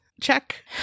check